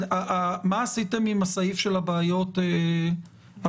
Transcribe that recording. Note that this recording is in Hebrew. מה עשיתם עם הסעיף של הבעיות הפסיכיאטריות